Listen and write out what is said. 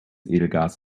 edelgas